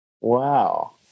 Wow